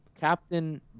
Captain